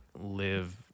live